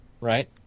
right